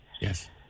Yes